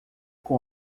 com